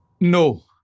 No